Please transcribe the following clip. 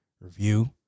review